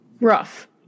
Rough